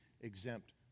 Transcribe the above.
exempt